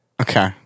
Okay